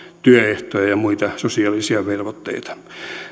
työehtoja ja ja muita sosiaalisia velvoitteita